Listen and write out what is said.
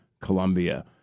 Colombia